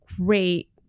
great